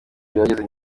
byageze